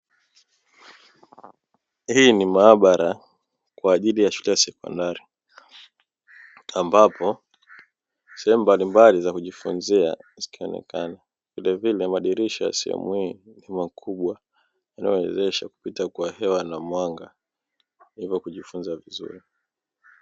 Hii ni maabara kwa ajili ya shule ya sekondari, ambapo sehemu mbalimbali za kujifunzia zikionekana. Vilevile madirisha ya sehemu hii ni makubwa, yanayowezesha kupita kwa hewa na mwanga hivyo kujifunza vizuri.